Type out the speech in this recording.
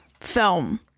film